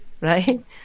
right